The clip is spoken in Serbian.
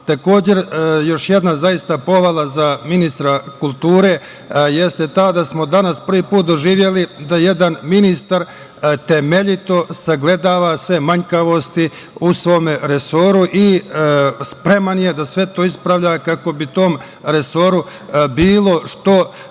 imamo. Takođe, još jedna zaista pohvala za ministra kulture jeste ta da smo danas prvi put doživeli da jedan ministar temeljito sagledava sve manjkavosti u svome resoru i spreman je da sve to ispravlja kako bi tom resoru bilo što